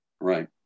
right